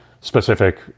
specific